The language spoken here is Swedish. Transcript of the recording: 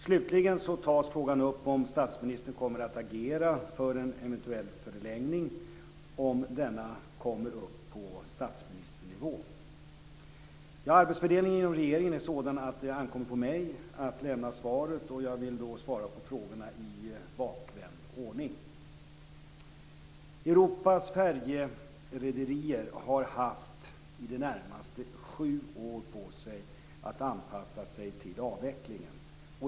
Slutligen undrar interpellanten om statsministern kommer att agera för en eventuell förlängning om denna fråga kommer upp på statsministernivå. Arbetsfördelningen inom regeringen är sådan att det ankommer på mig att lämna svaret. Jag vill svara på frågorna i bakvänd ordning. Europas färjerederier har haft i det närmaste sju år på sig att anpassa sig till avvecklingen.